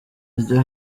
ryo